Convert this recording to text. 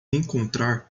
encontrar